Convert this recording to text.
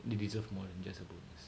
they deserve more than just a bonus